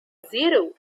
zero